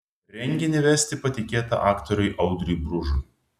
renginį vesti patikėta aktoriui audriui bružui